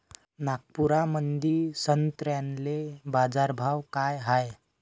नागपुरामंदी संत्र्याले बाजारभाव काय हाय?